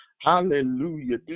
Hallelujah